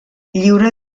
lliure